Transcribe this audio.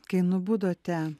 kai nubudote